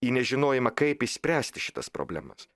į nežinojimą kaip išspręsti šitas problemas